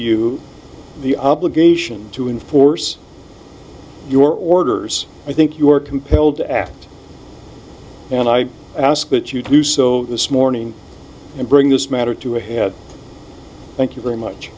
you the obligation to enforce your orders i think you are compelled to act and i ask that you do so this morning and bring this matter to him thank you very much